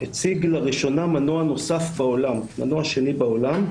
הציג לראשונה מנוע נוסף בעולם, מנוע שני בעולם,